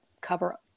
cover